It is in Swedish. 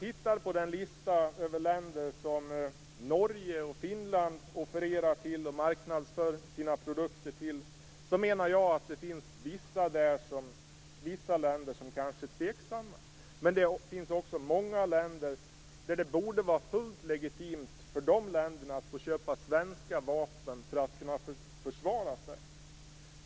I den lista över länder som Norge och Finland offererar och marknadsför sina produkter till finns det vissa länder som man kan vara tveksam till. Men det borde vara fullt legitimt för många av dessa länder att köpa svenska vapen, så att de kan försvara sig.